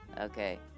okay